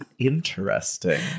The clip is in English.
interesting